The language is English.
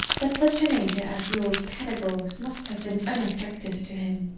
that such a nature as the old pedagogue's must have been unattractive to him.